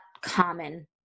common